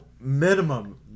minimum